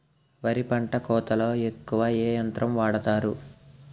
వరి పంట కోతలొ ఎక్కువ ఏ యంత్రం వాడతారు?